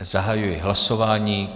Zahajuji hlasování.